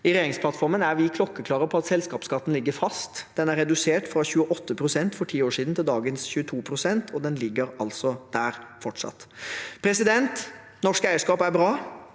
I regjeringsplattformen er vi klokkeklare på at selskapsskatten ligger fast. Den har blitt redusert fra 28 pst. for ti år siden til dagens 22 pst, og den ligger der fortsatt. Norsk eierskap er bra,